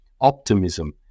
optimism